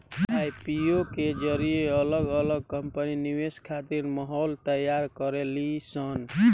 IPO के जरिए अलग अलग कंपनी निवेश खातिर माहौल तैयार करेली सन